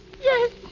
Yes